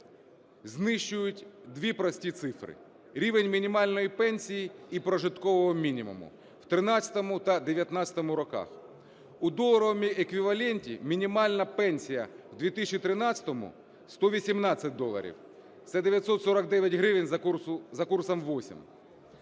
знищують дві прості цифри: рівень мінімальної пенсії і прожиткового мінімуму в 13-му та 19-му роках. У доларовому еквіваленті мінімальна пенсія у 2013-му – 118 доларів (це 949 гривень за курсом 8),